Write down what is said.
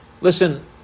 listen